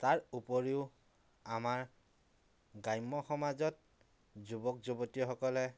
তাৰ উপৰিও আমাৰ গ্ৰাম্য় সমাজত যুৱক যুৱতীসকলে